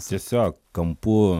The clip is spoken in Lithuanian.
tiesiog kampu